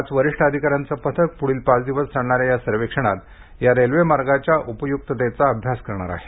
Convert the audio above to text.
पाच वरिष्ठ अधिकाऱ्यांचं पथक पुढील पाच दिवस चालणाऱ्या या सर्वेक्षणात या रेल्वे मार्गाच्या उपयुक्ततेचा अभ्यास करणार आहे